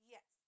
Yes